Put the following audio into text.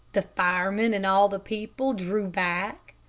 the firemen and all the people drew back,